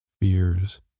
fears